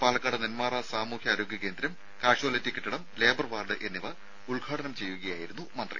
പാലക്കാട് നെന്മാറ സാമൂഹ്യ ആരോഗ്യകേന്ദ്രം കാഷ്വാലിറ്റി കെട്ടിടം ലേബർ വാർഡ് എന്നിവ ഉദ്ഘാടനം ചെയ്യുകയായിരുന്നു മന്ത്രി